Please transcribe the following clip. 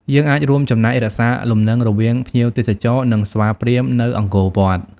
យើងអាចរួមចំណែករក្សាលំនឹងរវាងភ្ញៀវទេសចរ និងស្វាព្រាហ្មណ៍នៅអង្គរវត្ត។